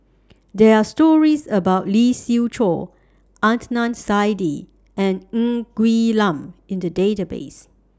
There Are stories about Lee Siew Choh Adnan Saidi and Ng Quee Lam in The Database